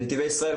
נתיבי ישראל,